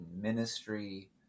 ministry